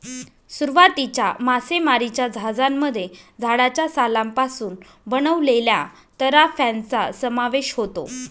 सुरुवातीच्या मासेमारीच्या जहाजांमध्ये झाडाच्या सालापासून बनवलेल्या तराफ्यांचा समावेश होता